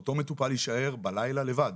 אותו מטופל יישאר בלילה לבד.